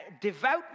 Devout